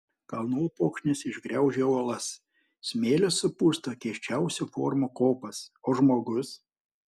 kalnų upokšnis išgraužia uolas smėlis supusto keisčiausių formų kopas o žmogus